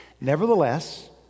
Nevertheless